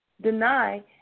deny